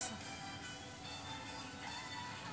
אני